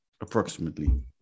approximately